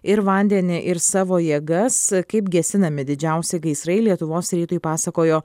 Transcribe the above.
ir vandenį ir savo jėgas kaip gesinami didžiausi gaisrai lietuvos rytui pasakojo